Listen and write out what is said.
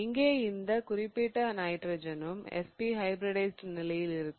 இங்கே இந்த குறிப்பிட்ட நைட்ரஜனும் sp ஹைபிரிடைஸிட் நிலையில் இருக்கும்